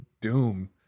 doom